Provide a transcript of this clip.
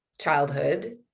childhood